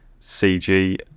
CG